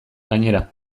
gainera